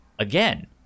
again